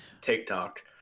TikTok